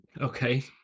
Okay